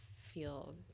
feel